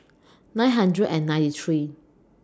nine hundred and ninety three